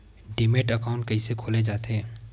Demat account कइसे खोले जाथे?